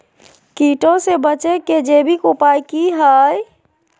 कीटों से बचे के जैविक उपाय की हैय?